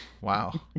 wow